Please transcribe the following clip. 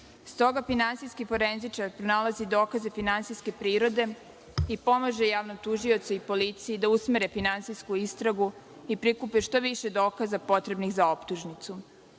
Stoga finansijski forenzičar pronalazi dokaze finansijske prirode i pomaže javnom tužiocu i policiji da usmere finansijsku istragu i prikupe što više dokaza potrebnih za optužnicu. Program